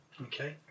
Okay